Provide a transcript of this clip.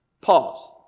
Pause